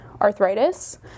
arthritis